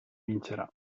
vincerà